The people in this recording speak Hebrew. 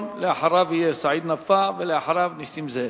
אחריו יהיה סעיד נפאע ואחריו נסים זאב.